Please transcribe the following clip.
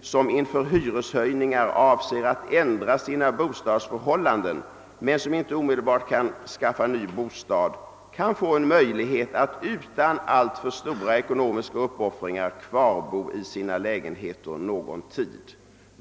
som inför hyreshöjningar avser att ändra sina bostadsförhållanden men som inte omedelbart kan skaffa ny bostad, kan få en möjlighet att utan alltför stora ekonomiska uppoffringar kvarbo i sina lägenheter någon tid».